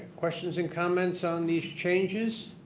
questions and comments on these changes?